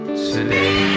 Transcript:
today